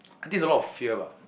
I think it's a lot of fear lah